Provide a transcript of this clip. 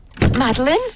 Madeline